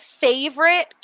favorite